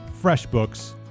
FreshBooks